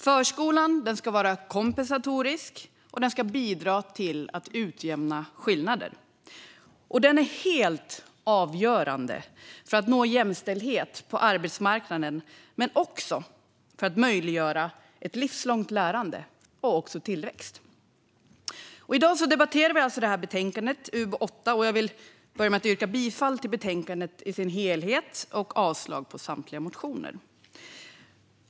Förskolan ska vara kompensatorisk och bidra till att utjämna skillnader. Den är helt avgörande för att man ska nå jämställdhet på arbetsmarknaden men också när det gäller att möjliggöra ett livslångt lärande och tillväxt. I dag debatterar vi alltså betänkande UbU8. Jag vill börja med att yrka bifall till utskottets förslag i sin helhet i betänkandet och avslag på samtliga motioner.